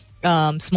small